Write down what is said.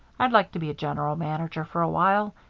i'd like to be a general manager for a while,